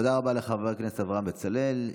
תודה רבה לחבר הכנסת אברהם בצלאל.